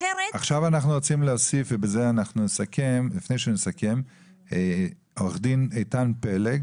לפני שנסכם עורך דין איתן פלג